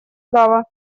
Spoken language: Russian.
права